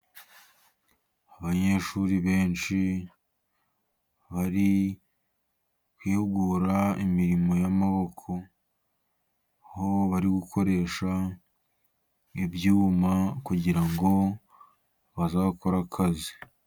Abanyeshuri benshi bari kwihugura mu mirimo y'amaboko, aho bari gukoresha ibyuma kugira ngo bazakore akazi.